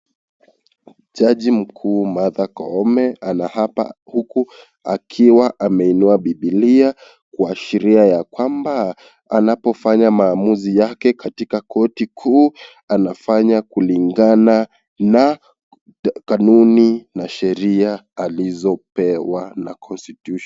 Jaji mkuu Martha Koome anaapa huku akiwa ameinua bibilia, Kwashiria yakwamba, anapofanya maamuzi yake katika koti kuu, anafanya kulingana na kanuni na sheria alizopewa na constitution .